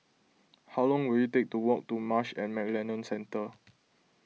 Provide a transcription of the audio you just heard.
how long will it take to walk to Marsh and McLennan Centre